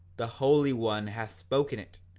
the holy one hath spoken it.